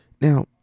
Now